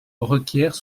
requiert